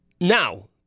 Now